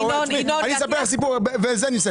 בשביל לטפל בעבריינים ובפושעים האלה,